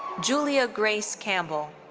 julia grace campbell.